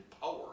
power